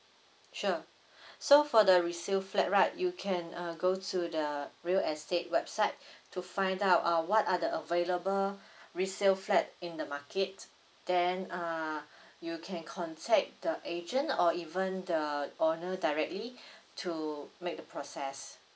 sure so for the resale flat right you can uh go to the real estate website to find out uh what are the available resale flat in the market then uh you can contact the agent or even the owner directly to make the process